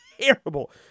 terrible